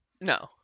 No